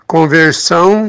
Conversão